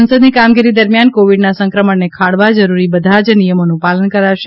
સંસદની કામગીરી દરમિયાન કોવિડના સંક્રમણને ખાળવા જરૂરી બધા જ નિયમોનું પાલન કરાશે